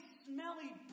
smelly